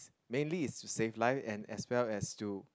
mainly is to save life and as well as to